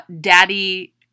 Daddy